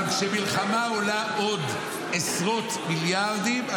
-- אבל כשמלחמה עולה עוד עשרות מיליארדים,